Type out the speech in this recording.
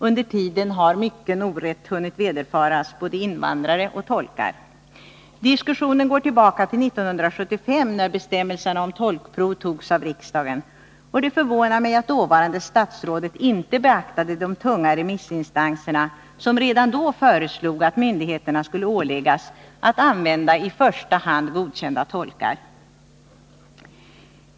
Under tiden har mycken orätt hunnit vederfaras både invandrare och tolkar. Diskussionen går tillbaka till 1975, när bestämmelserna om tolkprov antogs av riksdagen. Det förvånar mig att dåvarande statsrådet inte beaktade de tunga remissinstanserna, som redan då föreslog att myndigheterna skulle åläggas att använda i första hand godkända tolkar.